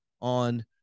on